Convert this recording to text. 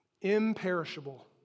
imperishable